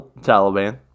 taliban